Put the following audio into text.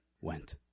went